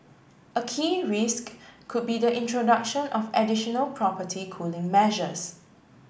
a key risk could be the introduction of additional property cooling measures